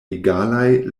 egalaj